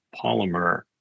polymer